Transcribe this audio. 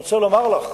אני רוצה לומר לך,